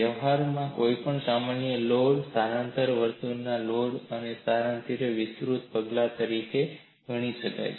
વ્યવહારમાં કોઈપણ સામાન્ય લોડ સ્થાનાંતરણ વર્તનને સતત લોડ અને સ્થાનાંતરણના વિશિષ્ટ પગલા તરીકે ગણી શકાય